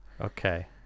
Okay